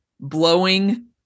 blowing